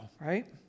right